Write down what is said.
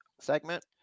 segment